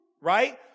right